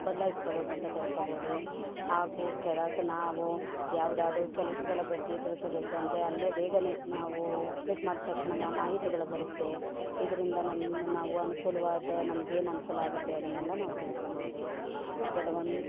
ಬದಲಾಯಿಸ್ಕೊಳ್ಬೋದು ಅಂತ ತಿಳ್ಕೊಳ್ಬೋದು ಹಾಗೂ ಕೆಲ ನಾವು ಯಾವುದಾದ್ರು ಕೆಲಸಗಳ ಬಗ್ಗೆ ತಿಳ್ಕೊಳ್ಬೇಕು ಅಂದರೆ ಅಲ್ಲೇ ಬೇಗನೇ ನಾವು ಕ್ಲಿಕ್ ಮಾಡಿದ ತಕ್ಷಣವೇ ಆ ಮಾಹಿತಿಗಳು ಬರುತ್ತೆ ಇದರಿಂದ ನಮ್ಮ ನಾವು ಅನುಕೂಲವಾದ ನಮಗೆ ಏನು ಅನುಕೂಲ ಆಗುತ್ತೆ ಅದನ್ನೆಲ್ಲ ನಾವು ತಿಳ್ಕೊಳ್ಬೋದು ಕೆಲವೊಂದು